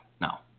now